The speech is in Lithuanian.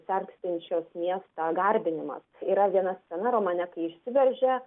sergstinčios miestą garbinimas yra viena scena romane kai išsiveržia